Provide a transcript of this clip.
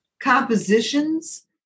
compositions